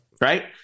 Right